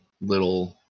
little